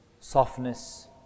softness